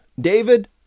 David